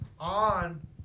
on